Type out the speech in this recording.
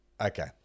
Okay